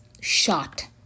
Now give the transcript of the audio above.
shot